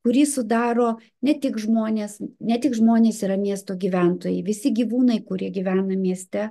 kurį sudaro ne tik žmonės ne tik žmonės yra miesto gyventojai visi gyvūnai kurie gyvena mieste